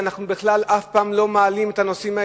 ואנחנו בכלל אף פעם לא מעלים את הנושאים האלה.